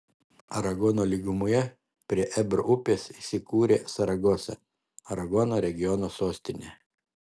aragono lygumoje prie ebro upės įsikūrė saragosa aragono regiono sostinė